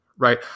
right